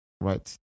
right